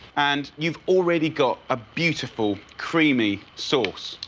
and you've already got a beautiful, creamy sauce.